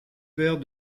père